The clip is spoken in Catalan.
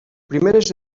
primeres